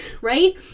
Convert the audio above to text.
right